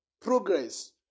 progress